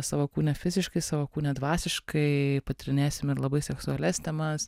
savo kūne fiziškai savo kūne dvasiškai patyrinėsim ir labai seksualias temas